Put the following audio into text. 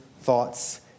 thoughts